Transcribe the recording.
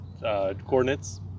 Coordinates